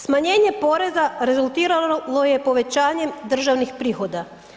Smanjenje poreza rezultiralo je povećanjem državnih prihoda.